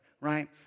right